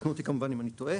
ותקנו אותי אם אני טועה